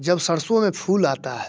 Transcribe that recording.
जब सरसों में फुल आते हैं